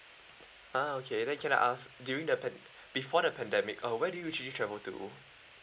uh okay then can I ask during the pan~ before the pandemic uh where do you usually travel to